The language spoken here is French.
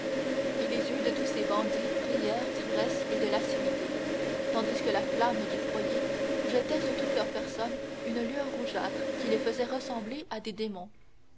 et les yeux de tous ces hommes brillèrent d'ivresse et de lascivité tandis que la flamme du foyer jetait sur toute leur personne une lueur rougeâtre qui les faisait ressembler à des démons